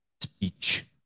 speech